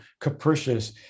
capricious